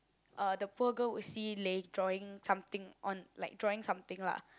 uh the poor girl would see Lei drawing something on like drawing something lah